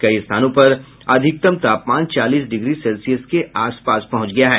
कई स्थानों पर अधिकतम तापमान चालीस डिग्री सेल्सियस के आस पास पहुंच गया है